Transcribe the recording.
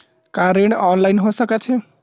का ऋण ऑनलाइन हो सकत हे?